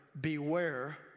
beware